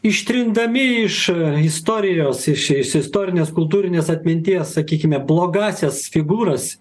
ištrindami iš istorijos iš iš istorinės kultūrinės atminties sakykime blogąsias figūras